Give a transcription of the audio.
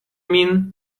mean